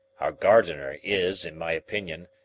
our gardener is, in my opinion,